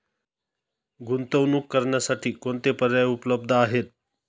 गुंतवणूक करण्यासाठी कोणते पर्याय उपलब्ध आहेत?